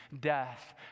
Death